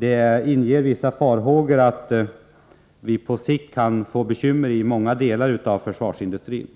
Det inger vissa farhågor att vi på sikt kan få bekymmer i många delar av försvarsindustrin.